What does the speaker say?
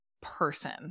person